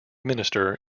minister